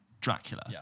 Dracula